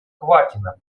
квакина